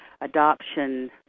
adoption